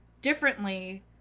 differently